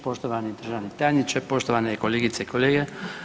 Poštovani državni tajniče, poštovane kolegice i kolege.